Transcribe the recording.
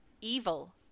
evil